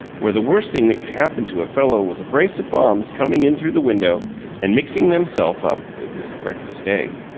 where the worst thing that could happen to a fellow was a brace of bombs coming in through the window and mixing themselves up with his breakfast egg.